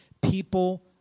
people